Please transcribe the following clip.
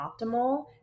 optimal